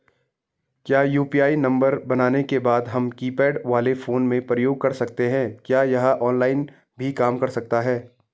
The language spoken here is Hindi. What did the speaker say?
क्या यु.पी.आई नम्बर बनाने के बाद हम कीपैड वाले फोन में प्रयोग कर सकते हैं क्या यह ऑफ़लाइन भी काम करता है?